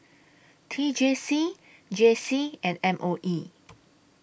T J C J C and M O E